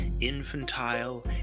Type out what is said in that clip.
infantile